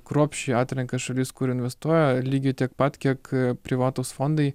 kruopščiai atrenka šalis kur investuoja lygiai tiek pat kiek privatūs fondai